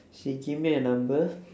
she gave me her number